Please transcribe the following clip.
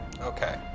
Okay